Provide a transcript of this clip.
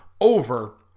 over